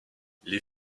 les